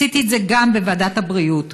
עשיתי את זה גם בוועדת הבריאות,